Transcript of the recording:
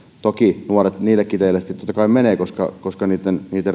toki nuoret niillekin teille totta kai menevät koska niitten